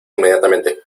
inmediatamente